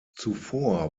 zuvor